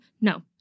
No